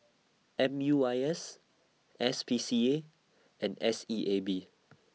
M U I S S P C A and S E A B